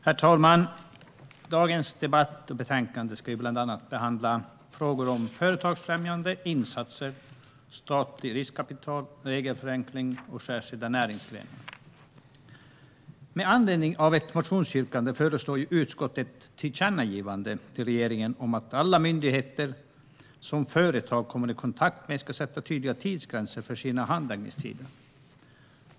Herr talman! Dagens debatt och betänkande handlar bland annat om företagsfrämjande insatser, statligt riskkapital, regelförenkling och särskilda näringsgrenar. Med anledning av ett motionsyrkande föreslår utskottet ett tillkännagivande till regeringen om att alla myndigheter som företag kommer i kontakt med ska sätta tydliga tidsgränser för sina handläggningstider.